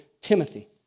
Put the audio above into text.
Timothy